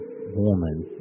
woman